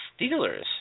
Steelers